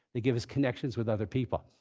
they give us connections with other people.